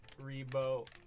Rebo